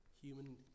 Human